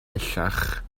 bellach